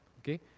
Okay